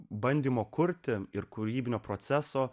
bandymo kurti ir kūrybinio proceso